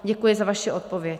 Děkuji za vaši odpověď.